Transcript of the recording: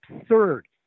absurd